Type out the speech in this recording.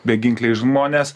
beginkliai žmonės